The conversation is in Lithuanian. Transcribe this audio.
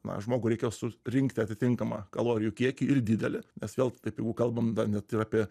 na žmogui reikėjo surinkti atitinkamą kalorijų kiekį ir didelį mes vėl taip jeigu kalbam da net ir apie